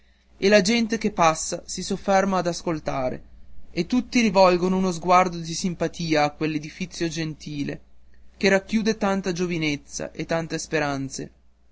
e la gente che passa si sofferma a ascoltare e tutti rivolgono uno sguardo di simpatia a quell'edificio gentile che racchiude tanta giovinezza e tante speranze